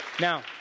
Now